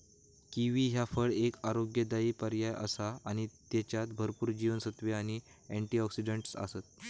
kiwi ह्या फळ एक आरोग्यदायी पर्याय आसा आणि त्येच्यात भरपूर जीवनसत्त्वे आणि अँटिऑक्सिडंट आसत